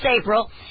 April